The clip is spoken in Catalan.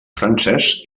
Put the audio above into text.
francès